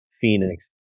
Phoenix